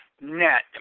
Net